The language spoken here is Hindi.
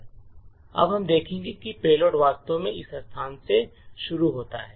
तब हम देखेंगे कि पेलोड वास्तव में इस स्थान से शुरू होता है